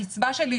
הקצבה שלי,